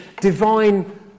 divine